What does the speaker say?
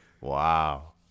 Wow